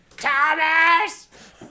Thomas